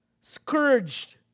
scourged